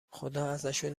خداازشون